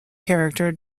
character